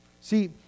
See